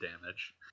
damage